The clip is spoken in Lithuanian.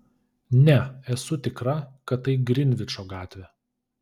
ne esu tikra kad tai grinvičo gatvė